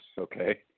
okay